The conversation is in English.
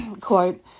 quote